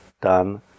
done